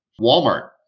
Walmart